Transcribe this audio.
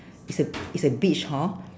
it's a it's a beach hor